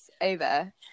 over